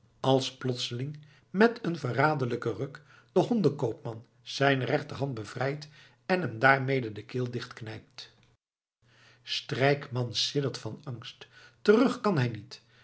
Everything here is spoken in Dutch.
als plotseling met een verraderlijken ruk de honden koopman zijn rechterhand bevrijdt en hem daarmede de keel dichtknijpt strijkman siddert van angst terug kan hij niet